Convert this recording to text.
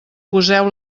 poseu